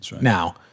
Now